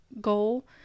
goal